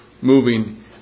moving